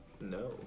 No